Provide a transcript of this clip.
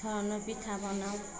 ধৰণৰ পিঠা বনাওঁ